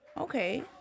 Okay